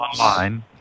online